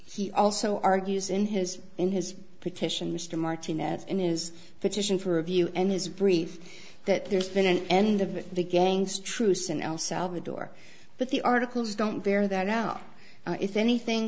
he also argues in his in his petition mr martinez in his petition for review and his brief that there's been an end of the gang's truce in el salvador but the articles don't bear that out if anything